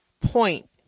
point